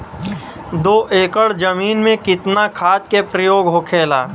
दो एकड़ जमीन में कितना खाद के प्रयोग होखेला?